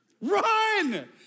run